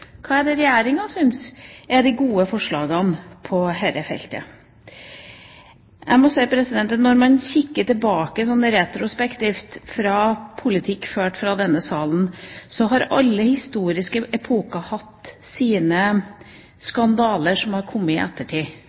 på dette feltet? Når man kikker tilbake – retrospektivt – på politikk ført fra denne salen, så har alle historiske epoker hatt sine skandaler som har kommet i ettertid.